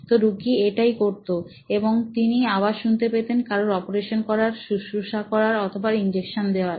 তো রুগী এটাই করতো এবং তিনি আওয়াজ শুনতে পেতেন কারুর অপারেশান করার শুশ্রূষা করার বা ইনজেকশন দেওয়ার